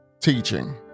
teaching